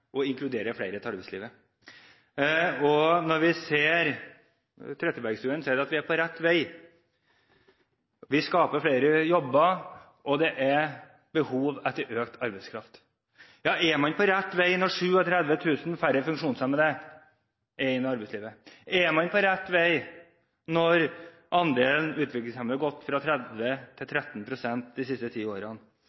å inkludere flere i arbeidslivet. Vi hører Trettebergstuen si at vi er på rett vei, vi skaper flere jobber, og det er behov for økt arbeidskraft. Er man på rett vei når 37 000 færre funksjonshemmede er i arbeidslivet? Er man på rett vei når andelen utviklingshemmede har gått fra 30 pst. til